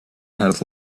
had